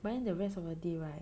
but then the rest of the day right